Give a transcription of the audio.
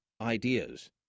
ideas